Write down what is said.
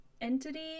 entity